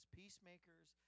peacemakers